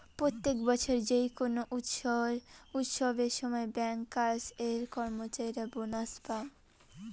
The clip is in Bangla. প্রত্যেক বছর যেই কোনো উৎসবের সময় ব্যাংকার্স এর কর্মচারীরা বোনাস পাঙ